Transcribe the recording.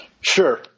Sure